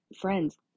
friends